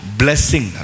blessing।